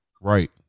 right